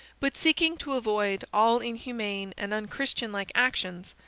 but seeking to avoid all inhumane and unchristian-like actions,